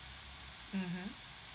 mmhmm